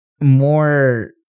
more